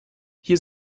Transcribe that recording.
hier